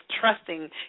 trusting